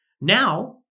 Now